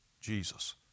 Jesus